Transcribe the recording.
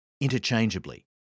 interchangeably